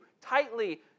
tightly